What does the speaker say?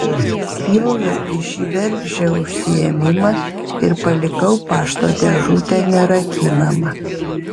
spjoviau į šį bergždžią užsiėmimą ir palikau pašto dėžutę nerakinamą